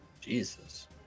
Jesus